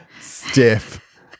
stiff